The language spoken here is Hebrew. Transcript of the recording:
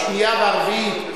השנייה והרביעית,